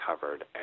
covered